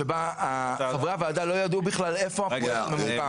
שבה חברי הוועדה לא ידעו בכלל איפה הפרויקט ממוקם.